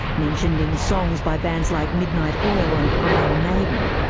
mentioned in songs by bands like midnight oil and iron maiden.